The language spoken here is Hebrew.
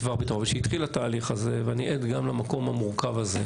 כשהתחיל התהליך הזה ואני עד גם למקום המורכב הזה,